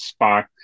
Spock